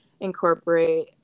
incorporate